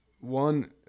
One